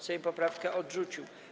Sejm poprawkę odrzucił.